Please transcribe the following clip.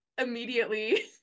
immediately